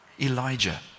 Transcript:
Elijah